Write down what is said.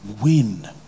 win